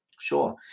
Sure